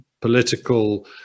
political